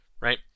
right